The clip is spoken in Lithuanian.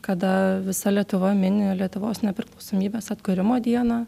kada visa lietuva mini lietuvos nepriklausomybės atkūrimo dieną